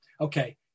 Okay